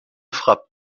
frappe